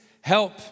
help